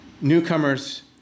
newcomers